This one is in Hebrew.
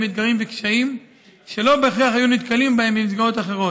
אתגרים וקשיים שלא בהכרח היו נתקלים בהם במסגרות אחרות.